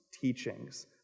teachings